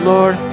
Lord